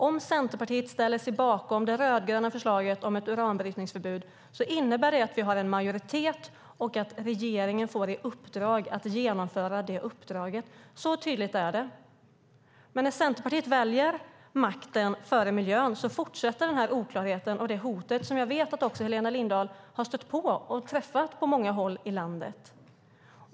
Om Centerpartiet ställer sig bakom det rödgröna förslaget om ett uranbrytningsförbud innebär det att vi har en majoritet och att regeringen får i uppdrag att genomföra det beslutet. Så tydligt är det. När Centerpartiet väljer makten före miljön fortsätter oklarheten och det hot som jag vet att också Helena Lindahl har mött på många håll i landet.